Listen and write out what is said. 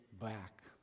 back